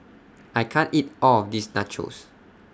I can't eat All of This Nachos